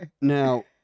now